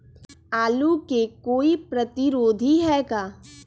आलू के कोई प्रतिरोधी है का?